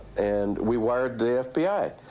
and we wired the f b i.